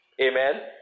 Amen